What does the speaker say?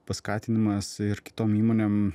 paskatinimas ir kitom įmonėm